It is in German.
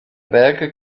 werke